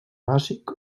bàsic